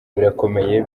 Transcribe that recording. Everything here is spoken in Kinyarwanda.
birakomeye